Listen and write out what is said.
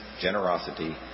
generosity